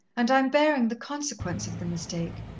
and i'm bearing the consequence of the mistake.